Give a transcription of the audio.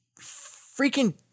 freaking